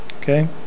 okay